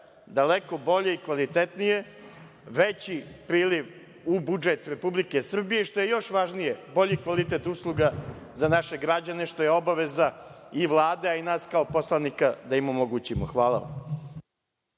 daleko bolje i kvalitetnije, veći priliv u budžet Republike Srbije i, što je još važnije, bolji kvalitet usluga za naše građane, što je obaveza i Vlade, a i nas kao poslanika da omogućimo. Hvala.